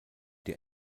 dir